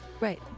Right